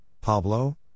Pablo